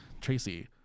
tracy